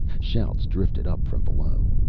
shouts drifted up from below.